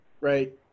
Right